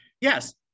Yes